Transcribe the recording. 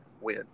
win